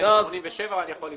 נדמה לי 87 אבל אני יכול לבדוק.